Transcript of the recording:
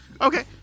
Okay